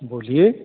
बोलिए